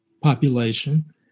population